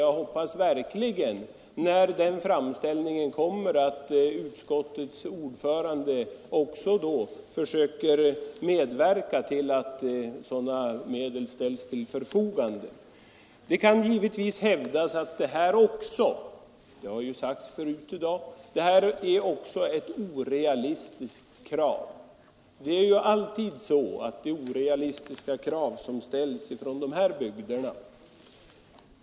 Jag hoppas verkligen att utskottets ordförande när framställningen kommer också då försöker medverka till att sådana medel ställs till förfogande. Det kan givetvis hävdas att det här också — det har ju sagts förut i dag — är ett orealistiskt krav. Det tycks ofta vara orealistiska krav som ställs från de här bygderna enligt socialdemokraterna.